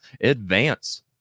advance